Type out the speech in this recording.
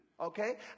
okay